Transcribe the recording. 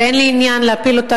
ואין לי עניין להפיל אותה,